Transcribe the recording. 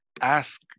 ask